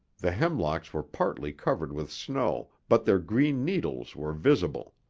the hemlocks were partly covered with snow but their green needles were visible.